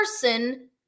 person